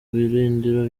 birindiro